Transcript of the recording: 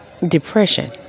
depression